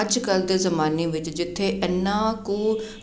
ਅੱਜ ਕੱਲ੍ਹ ਦੇ ਜ਼ਮਾਨੇ ਵਿੱਚ ਜਿੱਥੇ ਇੰਨਾ ਕੁ